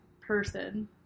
person